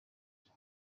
they